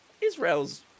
Israel's